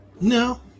No